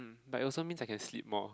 like also means I can sleep more